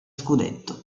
scudetto